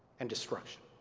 and destruction.